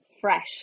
fresh